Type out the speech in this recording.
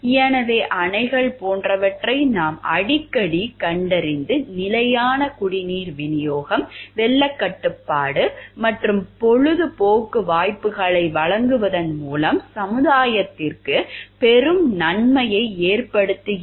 எனவே அணைகள் போன்றவற்றை நாம் அடிக்கடி கண்டறிந்து நிலையான குடிநீர் விநியோகம் வெள்ளக் கட்டுப்பாடு மற்றும் பொழுதுபோக்கு வாய்ப்புகளை வழங்குவதன் மூலம் சமுதாயத்திற்கு பெரும் நன்மையை ஏற்படுத்துகிறது